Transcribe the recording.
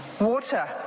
water